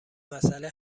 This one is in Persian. مسئله